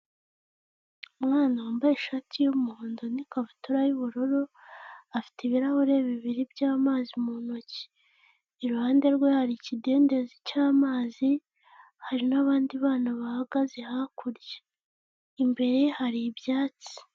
Umwana wambaye ishati y'umuhondo n'ikabutura y'ubururu afite ibirahure bibiri by'amazi mu ntoki, iruhande rwe hari ikidendezi cy'amazi hari n'abandi bana bahagaze hakurya, imbere ye hari ibyatsi.